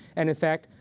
and in fact,